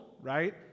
right